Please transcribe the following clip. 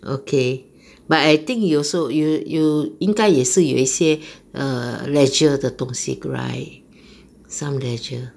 okay but I think you also you you 应该也是有一些 err leisure 的东西 right some leisure